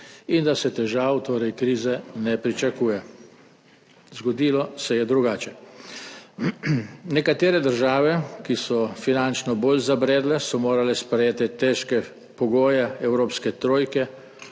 in da se težav, torej krize, ne pričakuje. Zgodilo se je drugače. Nekatere države, ki so finančno bolj zabredle, so morale sprejeti težke pogoje evropske trojke,